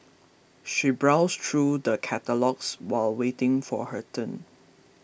she browsed through the catalogues while waiting for her turn